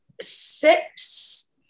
six